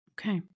Okay